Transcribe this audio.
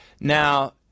Now